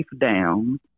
down